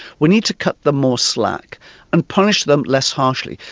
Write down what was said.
we need to cut them more slack and punish them less harshly.